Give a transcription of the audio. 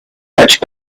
much